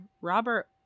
Robert